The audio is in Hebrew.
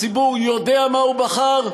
הציבור יודע מה הוא בחר,